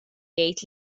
jgħid